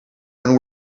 when